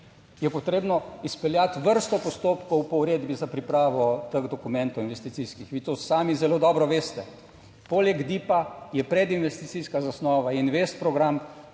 je potrebno izpeljati vrsto postopkov po uredbi za pripravo teh dokumentov, investicijskih. Vi to sami zelo dobro veste, poleg Dipa je predinvesticijska zasnova in ves program.